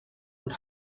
und